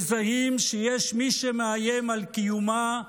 מזהים שיש מי שמאיים על קיומה,